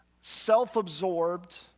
self-absorbed